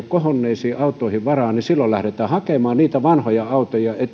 kohonneisiin autoihin varaa niin silloin lähdetään hakemaan vanhoja autoja